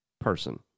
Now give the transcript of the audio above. person